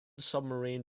submarine